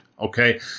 okay